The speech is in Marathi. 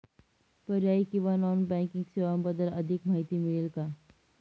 पर्यायी किंवा नॉन बँकिंग सेवांबद्दल अधिक माहिती मिळेल का?